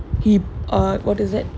he uh what is it